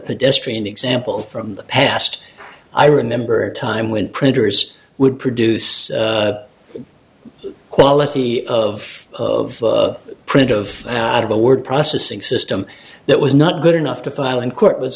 pedestrian example from the past i remember a time when printers would produce the quality of of print of that of a word processing system that was not good enough to file in court was